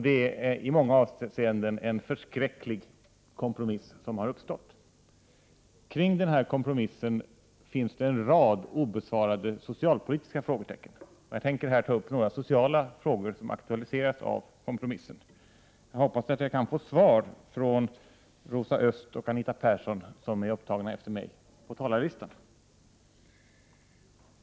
Det är i många avseenden en förskräcklig kompromiss som har uppstått. Kring den här kompromissen finns det en rad obesvarade socialpolitiska 155 frågor. Jag tänker här ta upp några sociala frågor som aktualiseras av kompromissen, och jag hoppas att jag kan få svar från Rosa Östh och Anita Persson, som är upptagna efter mig på talarlistan.